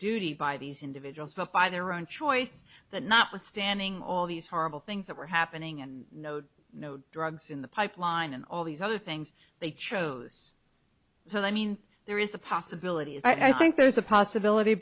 duty by these individuals but by their own choice that notwithstanding all these horrible things that were happening and no drugs in the pipe mine and all these other things they chose so i mean there is a possibility and i think there's a possibility